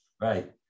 Right